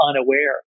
unaware